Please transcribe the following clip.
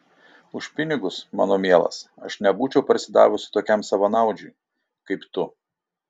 už pinigus mano mielas aš nebūčiau parsidavusi tokiam savanaudžiui kaip tu